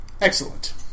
Excellent